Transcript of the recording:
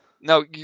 No